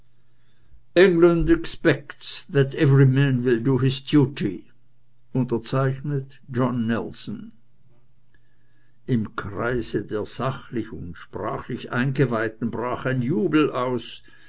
unterzeichnet john nelson im kreise der sachlich und sprachlich eingeweihten brach ein jubel aus